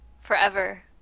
Forever